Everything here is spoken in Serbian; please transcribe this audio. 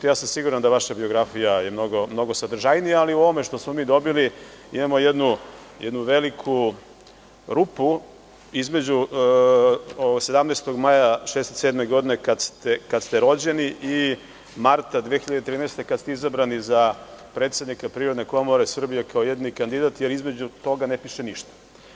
Siguran sam da je vaša biografija mnogo sadržajnija, ali u ovome što smo mi dobili imamo jednu veliku rupu između 17. maja 1967. godine kada ste rođeni i marta 2013. godine kada ste izbrani za predsednika PKS kao jedini kandidat, jer između toga ne piše ništa.